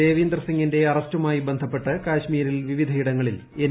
ദേവീന്ദർ സിംഗിന്റെ അറസ്റ്റുമായി ബന്ധപ്പെട്ട് കാശ്മീരിൽ വിവിധ ഇടങ്ങളിൽ എൻ